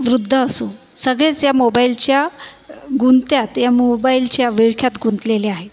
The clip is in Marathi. वृद्ध असो सगळेच या मोबाईलच्या गुंत्यात या मोबाईलच्या विळख्यात गुंतलेले आहे